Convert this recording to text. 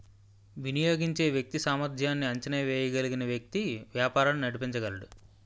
వినియోగించే వ్యక్తి సామర్ధ్యాన్ని అంచనా వేయగలిగిన వ్యక్తి వ్యాపారాలు నడిపించగలడు